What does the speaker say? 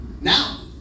Now